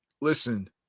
listen